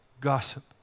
Gossip